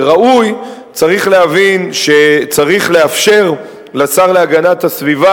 ראוי צריך להבין שצריך לאפשר לשר להגנת הסביבה,